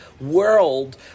world